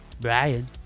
Brian